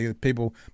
people